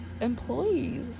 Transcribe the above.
employees